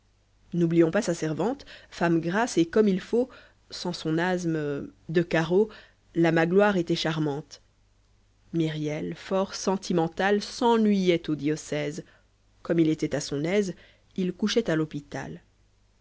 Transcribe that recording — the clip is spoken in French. n'oublions pas sa servante femme grasse et comme il faut sans son asthme de carreau la magloire était charmante myriel fort sentimental s'ennuyait au diocèse comme il était à son aise il couchait à l'hôpital